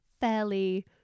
fairly